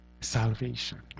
salvation